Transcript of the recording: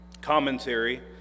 commentary